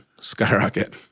skyrocket